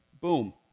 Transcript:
boom